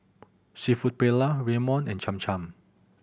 Seafood Paella Ramyeon and Cham Cham